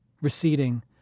receding